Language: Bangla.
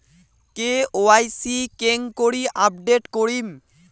কে.ওয়াই.সি কেঙ্গকরি আপডেট করিম?